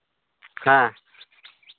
ᱦᱮᱸ